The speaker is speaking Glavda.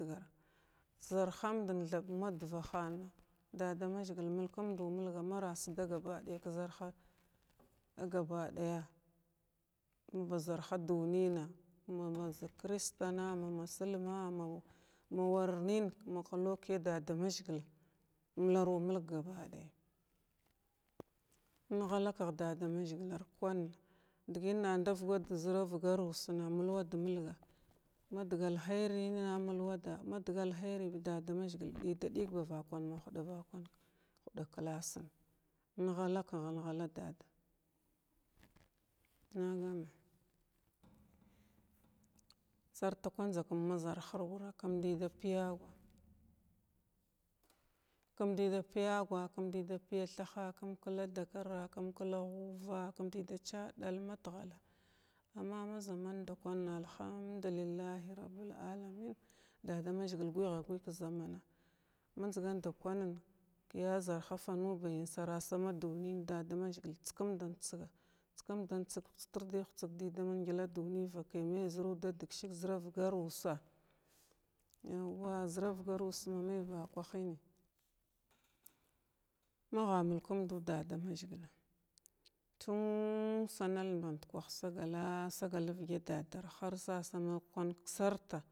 zarhsn din thaɓ mdvaəhan dadamazəgit mulkumdu mulg mara sda ba gabaday ka zarh ba gaba daya maba zarha dunima ma zər christama ma mushma ma marwarnin muhlikya dadamazəgil mudaramulg bagabaɗay inghalakəuy dadamazəglar kwan dəgəy na ndav da zəra vgar usna mulwad mulgwa madga alhəri ning mulwada, madga alhəri dadamazəgil ɗəya ɗəyg ba vakwan ma huɗa vakwan huɗa klassən inghalkəh in ghala dadaa nagama sarta kwa njzakun m zarha nir wura kum dəyda payagwa kum dəyda payagwa, kum dəyda paya thahala kum kla dakara, kum kla ghuva, kum dəyda chaɗal met ghal amma ma zaman ndakwaanna alhumduliahi rabil alamin dadamazəgil gyəhant gyəg ka zamana ma njzgan ndakwanən kəyya zarha fanubayyən sarasig ama dininən dadamazəgil ts kumdət tsəga tskumdat tsəg hutstirdəy hutsga dəy dama ngla duniya vakəy may zəruda dəgsi zəra vagar ussa yaw wa zəra vagar ussa ma may vakwahinnəy magha mulkumdu dada mazəgila tum sanal bi ndukwah sagalla sagal da vga dadar har sasa makwan ka sarta.